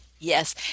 Yes